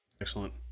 excellent